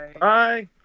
bye